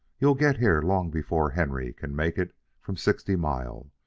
you'll get here long before henry can make it from sixty mile,